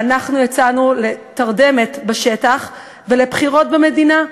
ואנחנו יצאנו לתרדמת בשטח ולבחירות במדינה.